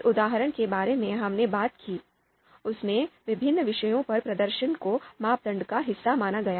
जिस उदाहरण के बारे में हमने बात की उसमें विभिन्न विषयों पर प्रदर्शन को मापदंड का हिस्सा माना गया